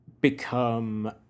become